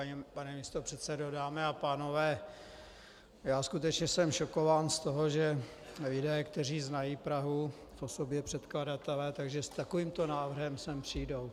Vážený pane místopředsedo, dámy a pánové, skutečně jsem šokován z toho, že lidé, kteří znají Prahu, v osobě předkladatele, s takovýmto návrhem sem přijdou.